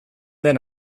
den